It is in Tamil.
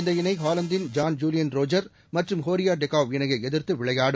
இந்த இணைஹாலந்தின் ஜூலியன் ரோஜர் மற்றும் ஹோரியாடெகாவ் இணையைஎதிர்த்துவிளையாடும்